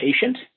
patient